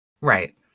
Right